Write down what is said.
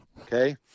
okay